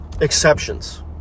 exceptions